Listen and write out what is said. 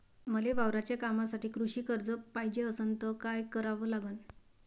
मले वावराच्या कामासाठी कृषी कर्ज पायजे असनं त काय कराव लागन?